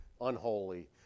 unholy